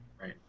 Right